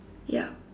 yup